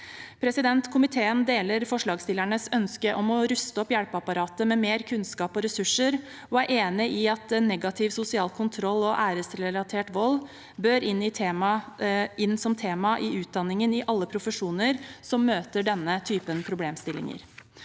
den. Komiteen deler forslagsstillernes ønske om å ruste opp hjelpeapparatet med mer kunnskap og ressurser, og er enig i at negativ sosial kontroll og æresrelatert vold bør inn som tema i utdanningen i alle profesjoner som møter denne typen problemstillinger.